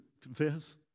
confess